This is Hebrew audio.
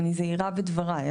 אני זהירה בדבריי.